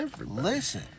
listen